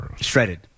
Shredded